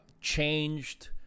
changed